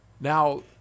Now